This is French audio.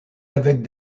avec